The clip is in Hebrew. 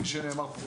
כפי שנאמר פה קודם,